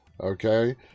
Okay